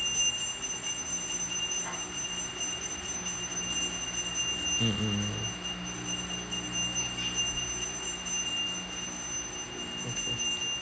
mmhmm okay